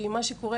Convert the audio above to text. כי מה שקורה,